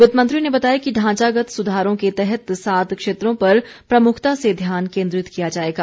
वित्त मंत्री ने बताया कि ढांचागत सुधारों के तहत सात क्षेत्रों पर प्रमुखता से ध्यान केन्द्रित किया जाएगा